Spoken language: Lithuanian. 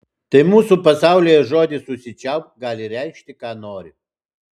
tai mūsų pasaulyje žodis užsičiaupk gali reikšti ką nori